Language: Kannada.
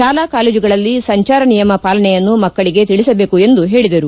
ಶಾಲಾ ಕಾಲೇಜುಗಳಲ್ಲಿ ಸಂಚಾರ ನಿಯಮ ಪಾಲನೆಯನ್ನು ಮಕ್ಕಳಿಗೆ ತಿಳಿಸಬೇಕು ಎಂದು ಹೇಳಿದರು